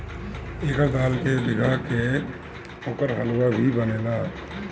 एकर दाल के भीगा के ओकर हलुआ भी बनेला